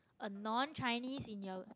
a non Chinese in your